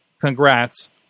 congrats